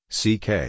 ck